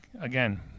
again